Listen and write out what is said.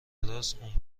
راست، اون